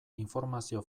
informazio